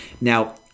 Now